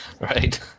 Right